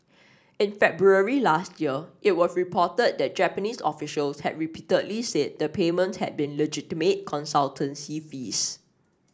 in February last year it was reported that Japanese officials had repeatedly said the payments had been legitimate consultancy fees